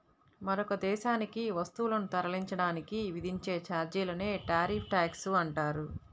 మరొక దేశానికి వస్తువులను తరలించడానికి విధించే ఛార్జీలనే టారిఫ్ ట్యాక్స్ అంటారు